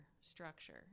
structure